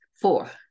Four